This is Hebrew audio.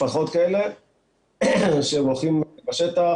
כשהם מגיעים לשטח,